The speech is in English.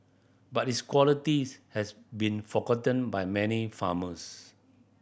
but its qualities has been forgotten by many farmers